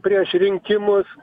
prieš rinkimus